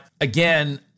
again